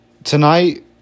Tonight